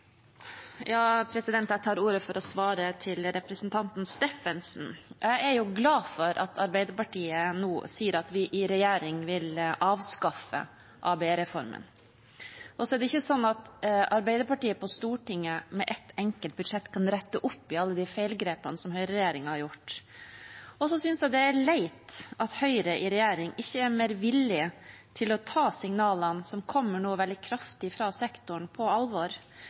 Jeg tar ordet for å svare representanten Steffensen. Jeg er glad for at Arbeiderpartiet nå sier at vi i regjering vil avskaffe ABE-reformen. Og så er det ikke sånn at Arbeiderpartiet på Stortinget med ett enkelt budsjett kan rette opp i alle de feilgrepene som høyreregjeringen har gjort. Jeg synes også det er leit at Høyre i regjering ikke er mer villig til å ta de signalene som nå kommer veldig kraftig fra sektoren, på alvor.